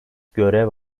görev